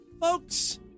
folks